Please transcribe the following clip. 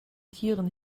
tieren